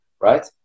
right